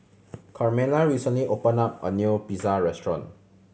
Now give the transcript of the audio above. Carmella recently open up a new Pizza Restaurant